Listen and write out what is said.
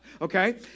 okay